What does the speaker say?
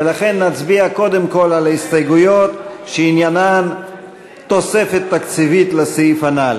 ולכן נצביע קודם כול על הסתייגויות שעניינן תוספת תקציבית לסעיף הנ"ל.